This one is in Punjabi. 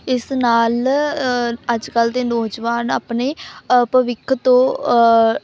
ਇਸ ਨਾਲ ਅੱਜ ਕੱਲ੍ਹ ਦੇ ਨੌਜਵਾਨ ਆਪਣੇ ਅ ਭਵਿੱਖ ਤੋਂ